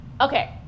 okay